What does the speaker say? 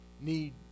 need